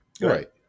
Right